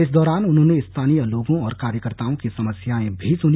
इस दौरान उन्होंने स्थानीय लोगों और कार्यकर्ताओं की समस्याएं भी सुनी